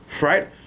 Right